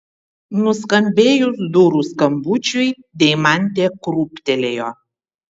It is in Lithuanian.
nuskambėjus durų skambučiui deimantė krūptelėjo